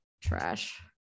Trash